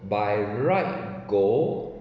by right gold